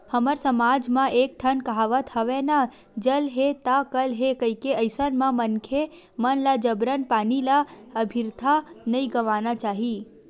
हमर समाज म एक ठन कहावत हवय ना जल हे ता कल हे कहिके अइसन म मनखे मन ल जबरन पानी ल अबिरथा नइ गवाना चाही